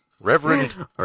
Reverend